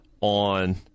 on